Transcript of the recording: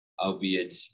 albeit